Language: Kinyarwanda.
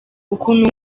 ukuntu